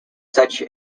such